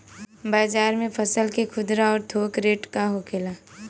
बाजार में फसल के खुदरा और थोक रेट का होखेला?